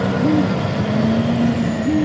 हम आपनबकाया बिल कइसे देखि?